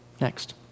Next